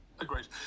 Agreed